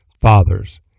fathers